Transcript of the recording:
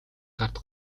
гарт